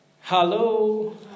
Hello